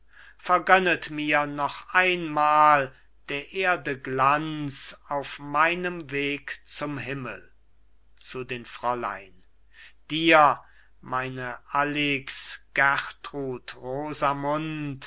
mir noch einmal der erde glanz auf meinem weg zum himmel zu den fräulein dir meine